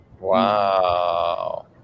Wow